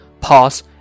pause